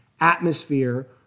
Atmosphere